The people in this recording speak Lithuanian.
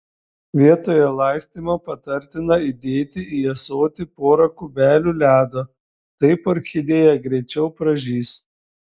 vietoje laistymo patartina įdėti į ąsotį pora kubelių ledo taip orchidėja greičiau pražys